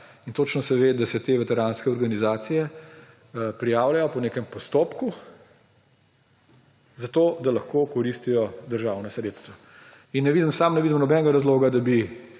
In točno se ve, da se te veteranske organizacije pripravljajo po nekem postopku, da lahko koristijo državna sredstva. Sam ne vidim nobenega razloga, da bi